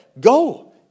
go